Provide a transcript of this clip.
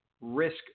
risk